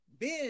Ben